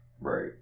Right